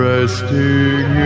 Resting